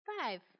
Five